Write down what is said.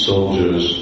Soldiers